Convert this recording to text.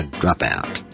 dropout